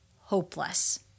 hopeless